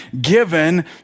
given